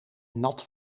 nat